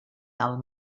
del